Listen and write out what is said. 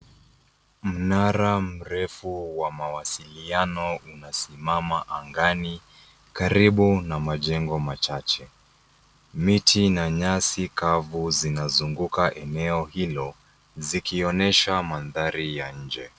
Mnara mrefu wa mawasiliano umesimama angani karibu na majengo machache. Miti na nyasi kavu zinazunguka eneo hilo zikionyesha mandhari ya nje.